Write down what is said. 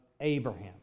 Abraham